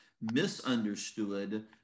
misunderstood